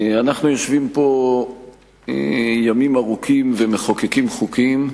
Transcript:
אנחנו יושבים פה ימים ארוכים ומחוקקים חוקים,